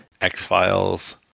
X-Files